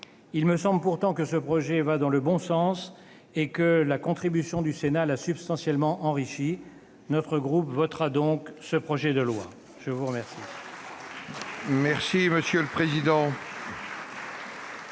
Il me semble pourtant que ce texte va dans le bon sens et que la contribution du Sénat l'a substantiellement enrichi. Notre groupe votera donc ce projet de loi. La parole